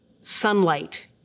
sunlight